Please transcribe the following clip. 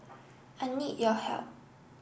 I need your help